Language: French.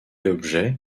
l’objet